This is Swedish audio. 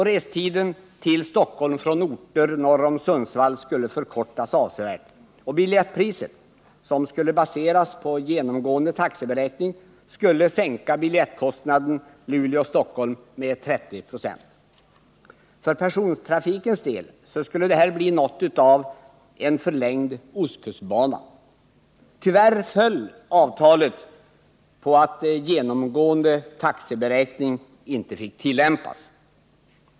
Restiden till Stockholm från orter norr om Sundsvall skulle förkortas avsevärt, och biljettpriset, som skulle baseras på genomgående taxeberäkning, skulle sänka biljettkostnaden Luleå-Stockholm med 30 96. För persontrafikens del skulle detta bli något av en förlängd ostkustbana. Tyvärr föll avtalet på att genomgående taxeberäkning inte fick tillämpas.